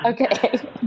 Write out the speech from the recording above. Okay